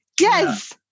Yes